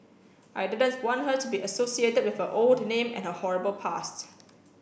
I didn't want her to be associated with her old name and her horrible past